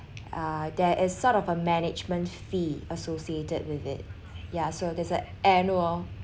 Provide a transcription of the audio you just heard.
uh there is sort of a management fee associated with it yeah so there's an annual